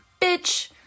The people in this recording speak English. bitch